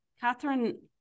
Catherine